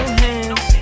hands